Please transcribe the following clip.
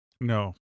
No